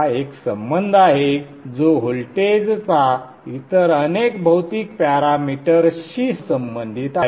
हा एक संबंध आहे जो व्होल्टेजचा इतर अनेक भौतिक पॅरामीटर्सशी संबंधित आहे